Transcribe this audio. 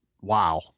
wow